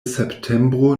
septembro